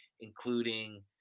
including